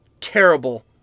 terrible